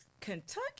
Kentucky